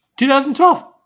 2012